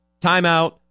timeout